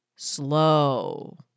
slow